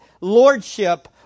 lordship